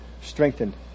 strengthened